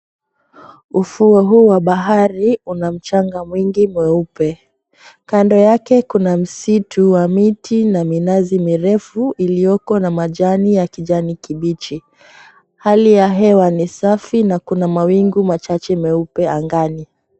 Ufuo huu wa bahari, una mchanga mwingi mweupe. Kando yake kuna msitu wa miti na minazi mirefu iliyoko na majani ya kijani kibichi. Hali ya hewa ni safi, na kuna mawingu machache meupe angani.